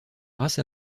race